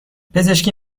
پزشکی